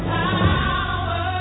power